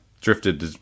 drifted